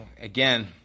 again